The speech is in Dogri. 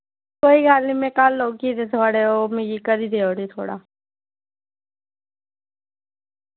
कोई गल्ल नि मैं कल औगी ते थोआड़े ओ मिकी करी देउड़यो थोह्ड़ा